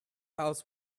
house